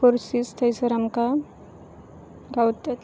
courses थंयसर आमकां गावतात